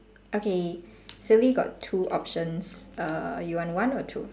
okay silly got two options err you want one or two